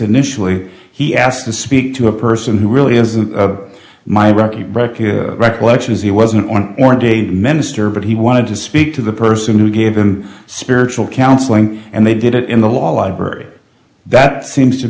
initially he asked to speak to a person who really is a my regular recollections he wasn't one ordained minister but he wanted to speak to the person who gave him spiritual counseling and they did it in the law library that seems to